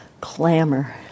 clamor